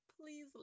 please